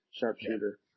sharpshooter